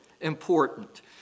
important